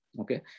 Okay